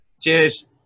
Cheers